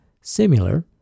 similar